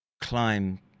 climb